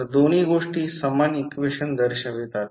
तर दोन्ही गोष्टी समान इक्वेशन दर्शवितात